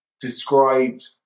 described